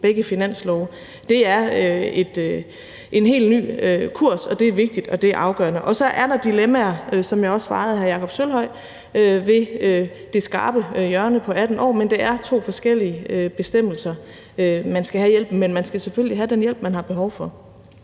begge finanslove. Det er en helt ny kurs, det er vigtigt, og det er afgørende. Og så er der dilemmaer, som jeg også svarede hr. Jakob Sølvhøj, ved det skarpe hjørne på 18 år, men det er to forskellige bestemmelser, man skal have hjælpen fra, men man skal selvfølgelig have den hjælp, man har behov for.